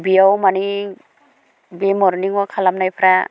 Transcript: बियाव मानि बे मरनिं अवाक खालामनायफ्रा